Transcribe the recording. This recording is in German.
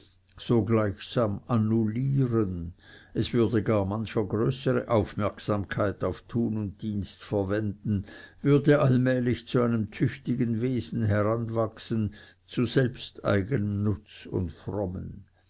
so gleichsam annullieren es würde gar mancher größere aufmerksamkeit auf tun und dienst verwenden würde allmählich zu einem tüchtigen wesen heranwachsen zu selbsteigenem nutz und frommen